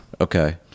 Okay